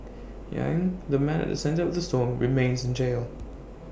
yang the man at the centre of the storm remains in jail